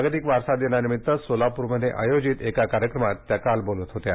जागतिक वारसा दिनानिमित्त सोलापूरमध्ये आयोजित एका कार्यक्रमात त्या काल बोलत होत्या